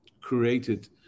created